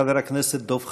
חבר הכנסת דב חנין.